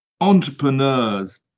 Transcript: entrepreneurs